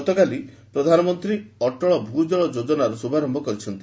ଗତକାଲି ପ୍ରଧାନମନ୍ତ୍ରୀ ମଧ୍ୟ ଅଟଳ ଭୂ ଜଳ ଯୋଜନାର ଶୁଭାରମ୍ଭ କରିଛନ୍ତି